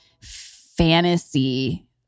fantasy